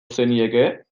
zenieke